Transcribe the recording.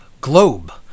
globe